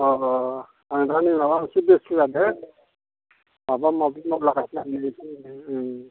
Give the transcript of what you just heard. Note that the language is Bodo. औ औ आं नै दा माबा मोनसे बेस्थ' जादों माबा माबि मावलागासिनो आं एसे ओं